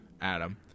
Adam